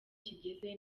kigeze